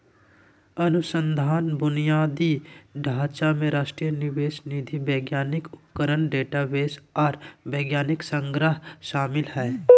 अनुसंधान बुनियादी ढांचा में राष्ट्रीय निवेश निधि वैज्ञानिक उपकरण डेटाबेस आर वैज्ञानिक संग्रह शामिल हइ